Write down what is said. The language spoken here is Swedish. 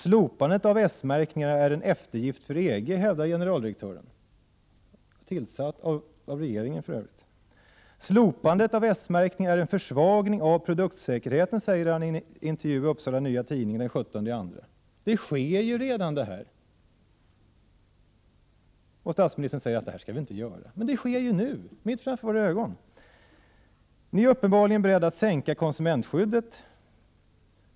Generaldirektören -— tillsatt för Övrigt av regeringen — hävdar att slopandet av S-märkningen är en eftergift för EG. Vidare hävdar hani en intervju i Upsala Nya Tidning den 17 februari att slopandet av S-märkningen är en försvagning av produktsäkerheten. Försämringen sker redan! Statsministern säger att detta skall vi inte göra — men det sker nu mitt framför våra ögon! Regeringen är uppenbarligen beredd att sänka konsumentskyddet.